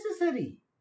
necessary